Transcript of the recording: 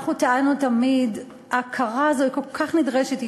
ואנחנו טענו תמיד: ההכרה הזו היא כל כך נדרשת,